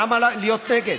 למה להיות נגד?